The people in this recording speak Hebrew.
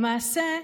למעשה,